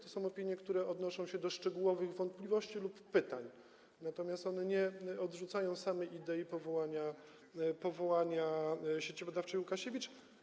To są opinie, które odnoszą się do szczegółowych wątpliwości lub pytań, natomiast one nie odrzucają samej idei powołania Sieci Badawczej Łukasiewicz.